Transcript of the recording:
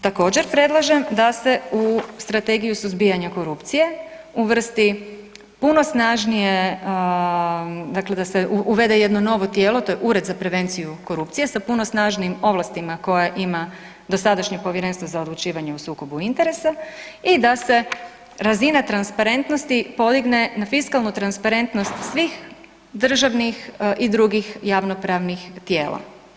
Također predlažem da su Strategiju suzbijanja korupcije uvrsti puno snažnije dakle da se uvede jedno novo tijelo a to je ured za prevenciju korupcije sa puno snažnijim ovlastima koje ima dosadašnje Povjerenstvo za odlučivanje o sukobu interesa i da se razina transparentnosti podigne na fiskalnu transparentnost svih državnih i drugih javnopravnih tijela.